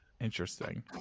Interesting